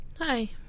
Hi